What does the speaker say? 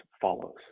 follows